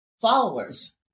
followers